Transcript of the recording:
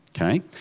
okay